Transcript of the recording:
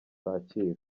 kacyiru